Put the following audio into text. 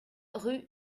rue